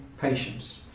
patience